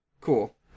cool